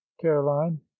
caroline